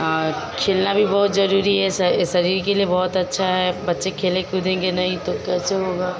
और खेलना भी बहुत ज़रूरी है स शरीर के लिए बहुत अच्छा है बच्चे खेलेंगे कूदेंगे नहीं तो कैसे होगा